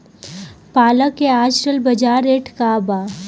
पालक के आजकल बजार रेट का बा?